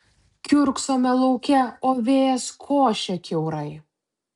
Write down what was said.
kiurksome lauke o vėjas košia kiaurai